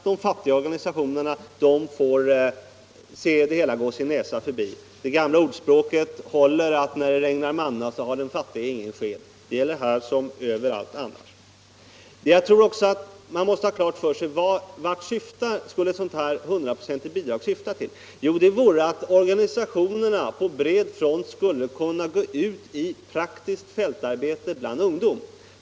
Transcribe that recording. De fattiga organisationerna får se bidraget gå sin näsa förbi. Det gamla ordspråket att när det regnar manna har den fattige ingen sked gäller här som överallt annars. Man måste ha klart för sig vad ett bidrag på 100 96 syftar till. Det syftar till att organisationerna på bred front skall kunna gå ut i praktiskt fältarbete bland ungdom.